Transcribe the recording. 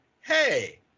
hey